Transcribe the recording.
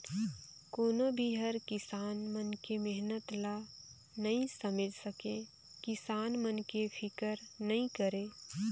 कोनो भी हर किसान मन के मेहनत ल नइ समेझ सके, किसान मन के फिकर नइ करे